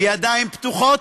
בידיים פתוחות,